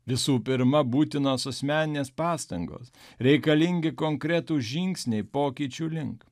visų pirma būtinos asmeninės pastangos reikalingi konkretūs žingsniai pokyčių link